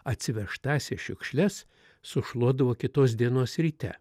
atsivežtąsias šiukšles sušluodavo kitos dienos ryte